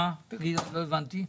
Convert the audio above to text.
לא הבנתי.